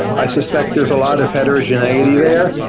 i suspect there's a lot of heterogeneity there.